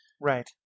Right